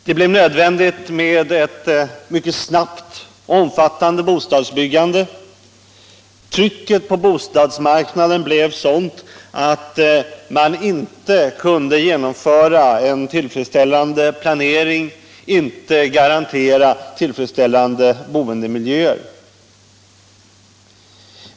Det blev nödvändigt med ett mycket snabbt och omfattande bostadsbyggande. Trycket på bostadsmarknaden blev sådant att man inte kunde genomföra en tillfredsställande planering och inte heller garantera tillfredsställande boendemiljöer.